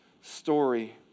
story